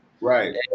Right